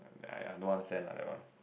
ya ya don't understand lah that one